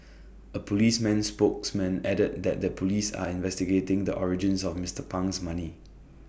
A Police man spokesman added that the Police are investigating the origins of Mister Pang's money